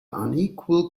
unequal